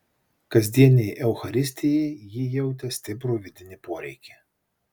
kasdienei eucharistijai ji jautė stiprų vidinį poreikį